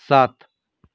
सात